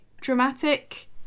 dramatic